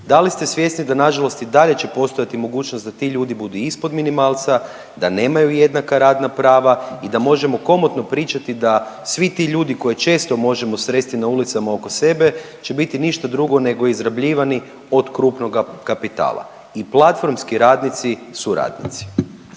Da li ste svjesni da nažalost i dalje će postojati mogućnost da ti ljudi budu ispod minimalca, da nemaju jednaka radna prava i da možemo komotno pričati da svi ti ljudi koje često možemo sresti na ulicama oko sebe će biti ništa drugo nego izrabljivani od krupnoga kapitala i platformski radnici su radnici.